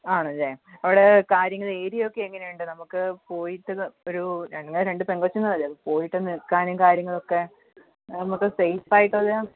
ആണല്ലേ അവിടെ കാര്യങ്ങൾ ഏരിയോക്കെ എങ്ങനെ ഉണ്ട് നമുക്ക് പോയിട്ട് ഒരു ഞങ്ങൾ രണ്ട് പെങ്കൊച്ചുങ്ങൾ അല്ലേ പോയിട്ട് നിൽക്കാനും കാര്യങ്ങളൊക്കെ നമുക്ക് സേഫ് ആയിട്ട് ഒരു